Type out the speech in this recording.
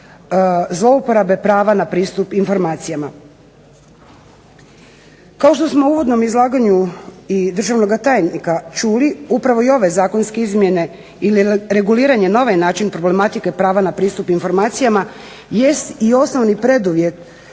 zlouporabe prava na pristup informacijama. Kao što smo u uvodnom izlaganju i državnoga tajnika čuli upravo i ove zakonske izmjene ili reguliranje na ovaj način problematike prava na pristup informacijama jest i osnovni preduvjet